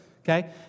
okay